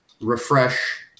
Refresh